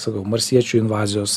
sakau marsiečių invazijos